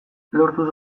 lortuz